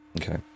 Okay